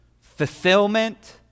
fulfillment